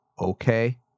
okay